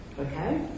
okay